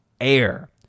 Air